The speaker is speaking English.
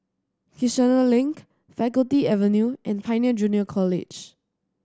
Kiichener Link Faculty Avenue and Pioneer Junior College